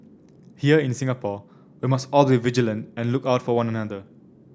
here in Singapore we must all be vigilant and look out for one another